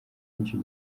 nicyo